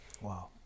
Wow